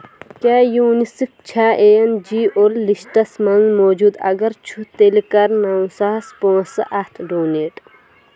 کیٛاہ یوٗنِسیٚف چھےٚ N G O لسٹَس منٛز موٗجوٗد، اگر چھُ تیٚلہِ کَر نو ساس پۄنٛسہٕ اَتھ ڈونیٹ